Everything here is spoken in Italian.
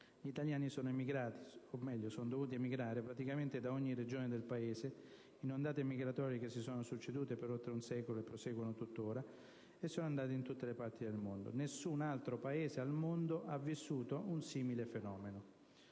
Gli italiani sono emigrati - o meglio sono dovuti emigrare - praticamente da ogni regione del Paese, in ondate migratorie che si sono succedute per oltre un secolo (e proseguono tuttora), e sono andati in tutte le parti del mondo. Nessun altro Paese al mondo ha vissuto un simile fenomeno.